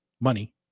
money